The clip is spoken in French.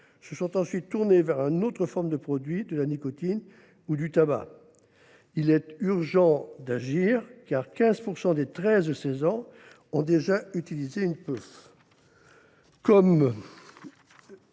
se sont ensuite tournés vers une autre forme de produit de la nicotine ou du tabac. Il est urgent d’agir, car 15 % des jeunes âgés de 13 à 16 ans ont déjà utilisé une puff.